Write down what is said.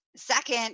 Second